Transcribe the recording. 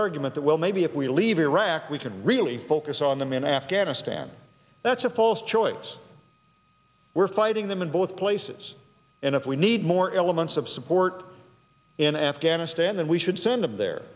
argument that well maybe if we leave iraq we can really focus on them in afghanistan that's a false choice we're fighting them in both places and if we need more elements of support in afghanistan and we should send them there